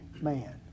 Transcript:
man